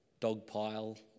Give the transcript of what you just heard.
dogpile